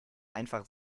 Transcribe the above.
einfach